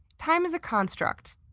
time is a construct.